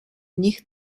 nicht